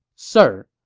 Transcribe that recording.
sir,